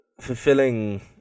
fulfilling